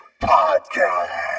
Podcast